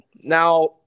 Now